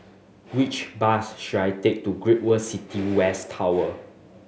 which bus should I take to Great World City West Tower